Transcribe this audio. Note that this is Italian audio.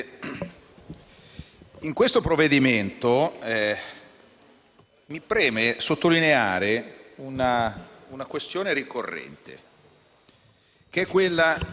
in questo provvedimento mi preme sottolineare una questione ricorrente che si